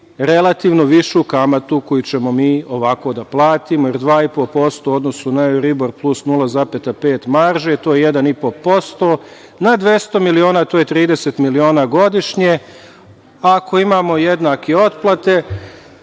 relativno višu kamatu koju ćemo mi da platimo, jer 2,5% u odnosu na Euribor plus 0,5 marže, to je 1,5% na 200 miliona, to je tri miliona godišnje, a ako imamo jednake otplate